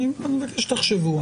אני מבקש שתחשבו.